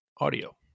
audio